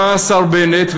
בא השר בנט,